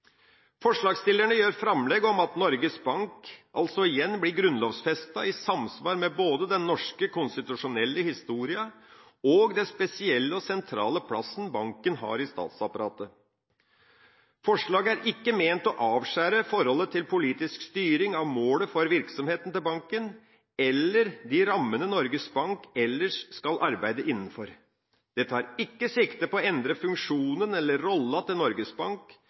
Forslagsstillerne gjør framlegg om at Norges Bank igjen blir grunnlovfestet i samsvar med både den norske konstitusjonelle historien og den spesielle og sentrale plassen banken har i statsapparatet. Forslaget er ikke ment å avskjære forholdet til politisk styring av målet for virksomheten til banken eller de rammene Norges Bank ellers skal arbeide innenfor. Det tar ikke sikte på å endre funksjonen eller rollen til Norges Bank.